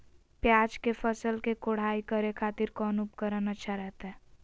प्याज के फसल के कोढ़ाई करे खातिर कौन उपकरण अच्छा रहतय?